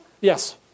Yes